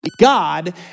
God